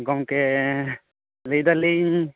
ᱜᱚᱢᱠᱮ ᱞᱟᱹᱭ ᱮᱫᱟᱞᱤᱧ